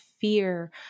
fear